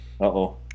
Uh-oh